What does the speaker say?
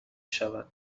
شود